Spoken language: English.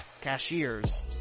cashiers